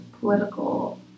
political